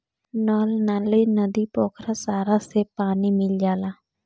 नल नाली, नदी, पोखरा सारा से पानी मिल जाला